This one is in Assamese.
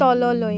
তললৈ